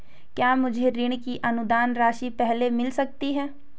क्या मुझे ऋण की अनुदान राशि पहले मिल सकती है?